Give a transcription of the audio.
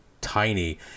tiny